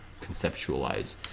conceptualize